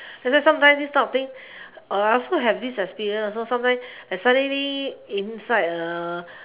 then sometimes this type of thing oh I also have this experience also sometimes I suddenly inside uh